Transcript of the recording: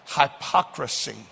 hypocrisy